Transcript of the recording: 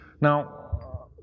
Now